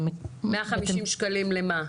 150 שקלים למה?